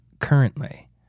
currently